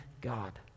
God